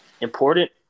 important